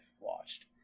watched